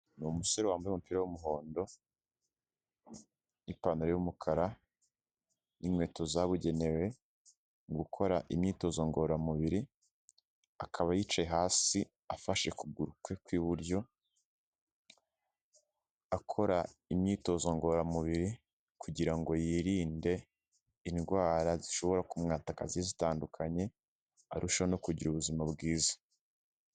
Ni umusore wambaye umupira w'umuhondo n'ipantaro y'umukara n'inkweto zabugenewe mu gukora imyitozo ngororamubiri, akaba yicaye hasi afashe ukuguru kwe kw'iburyo, akora imyitozo ngororamubiri kugira ngo yirinde indwara zishobora kumwataka zigiye zitandukanye, arusheho no kugira ubuzima bwiza.